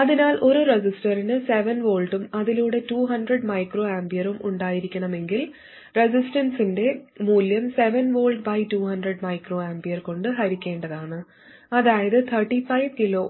അതിനാൽ ഒരു റെസിസ്റ്ററിന് 7 V ഉം അതിലൂടെ 200 µA ഉം ഉണ്ടായിരിക്കണമെങ്കിൽ റെസിസ്റ്റൻസിന്റെ മൂല്യം 7V ബൈ 200 µA കൊണ്ട് ഹരിക്കേണ്ടതാണ് അതായത് 35 kΩ